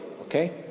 Okay